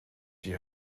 die